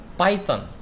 python